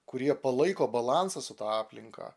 kurie palaiko balansą su ta aplinka